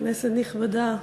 כנסת נכבדה,